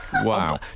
Wow